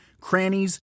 crannies